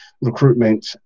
recruitment